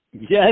Yes